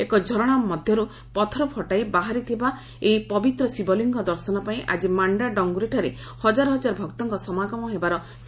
ଏକ ଝରଶା ମଧ୍ଧରୁ ପଥର ଫଟାଇ ବାହାରି ଥିବା ଏହି ପବିତ୍ର ଶିବ ଲିଙ୍ଗ ଦର୍ଶନ ପାଇଁ ଆକି ମାଣ୍ଡା ଡଙ୍ଗୁରୀଠାରେ ହକାର ହଜାର ଭକ୍ତଙ୍କ ସମାଗମ ହେବାର ସୟାବନା ରହିଛି